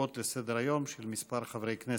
דחופות לסדר-היום של כמה חברי כנסת,